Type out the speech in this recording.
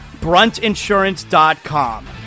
Bruntinsurance.com